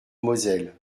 moselle